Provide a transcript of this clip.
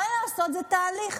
מה לעשות, זה תהליך.